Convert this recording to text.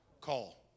call